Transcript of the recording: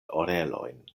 orelojn